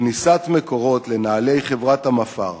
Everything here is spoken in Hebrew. כניסת "מקורות" לנעלי חברת המפא"ר